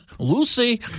lucy